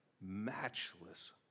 matchless